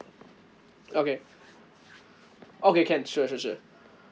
okay okay can sure sure sure